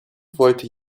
wollte